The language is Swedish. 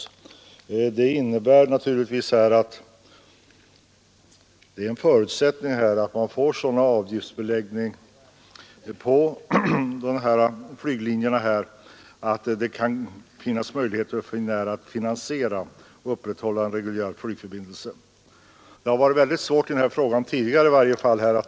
En förutsättning är naturligtvis att man får en sådan avgiftsbeläggning på flyglinjerna att det kan finnas möjligheter för Finnair att finansiera och upprätthålla reguljär flygförbindelse. Det har varit stora svårigheter i den här frågan tidigare.